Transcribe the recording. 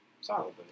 solidly